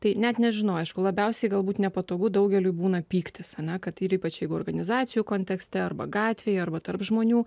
tai net nežinau aišku labiausiai galbūt nepatogu daugeliui būna pyktis ar ne kad ir ypač jeigu organizacijų kontekste arba gatvėje arba tarp žmonių